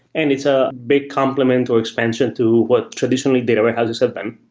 and it's a big complement to expansion to what traditionally data warehouses have been.